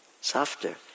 softer